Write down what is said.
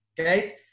okay